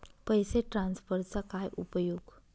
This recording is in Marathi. पैसे ट्रान्सफरचा काय उपयोग?